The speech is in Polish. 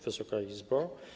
Wysoka Izbo!